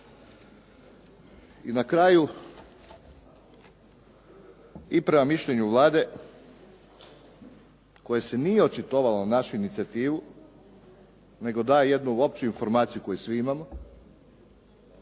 I na kraju, i prema mišljenju Vlade koja se nije očitovala na našu inicijativu nego daje jednu opću informaciju koju svi imamo